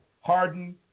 Harden